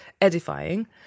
edifying